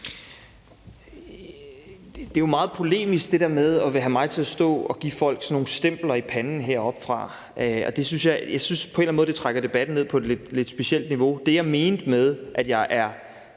Det er jo meget polemisk at ville have mig til at stå og give folk sådan nogle stempler i panden heroppefra, og jeg synes på en eller anden måde, at det trækker debatten ned på et lidt specielt niveau. Når jeg grundlæggende er